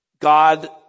God